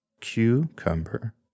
Cucumber